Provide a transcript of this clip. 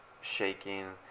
shaking